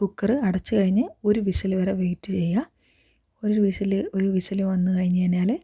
cooker അടച്ച് കഴിഞ്ഞ് ഒരു വിസിൽ വരെ വെയിറ്റ് ചെയ്യുക ഒരു വിസിൽ ഒരു വിസിൽ വന്ന് കഴിഞ്ഞു കഴിഞ്ഞാൽ